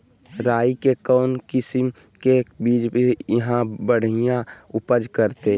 राई के कौन किसिम के बिज यहा बड़िया उपज करते?